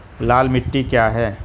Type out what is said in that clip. लाल मिट्टी क्या है?